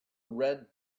red